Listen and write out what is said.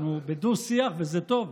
אנחנו בדו-שיח, וזה טוב.